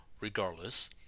regardless